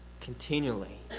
continually